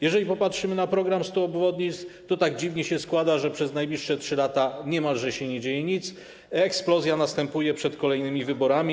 Jeżeli popatrzymy na program 100 obwodnic, to tak dziwnie się składa, że przez najbliższe 3 lata niemalże się nie dzieje nic, a eksplozja następuje przed kolejnymi wyborami.